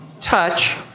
touch